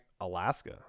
Alaska